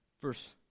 verse